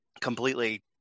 completely